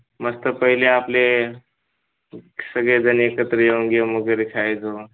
मस्त पहिले आपले सगळेजण एकत्र येऊन गेम वगैरे खेळायचो